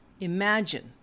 Imagine